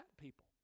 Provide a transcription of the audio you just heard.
people